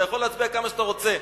אתה יכול להצביע כמה שאתה רוצה,